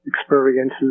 experiences